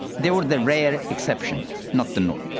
they were the rare exception, not the norm.